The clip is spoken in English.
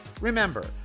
Remember